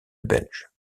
belge